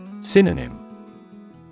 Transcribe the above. Synonym